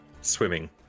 swimming